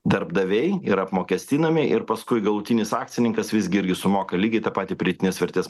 darbdaviai yra apmokestinami ir paskui galutinis akcininkas visgi irgi sumoka lygiai tą patį pridėtinės vertės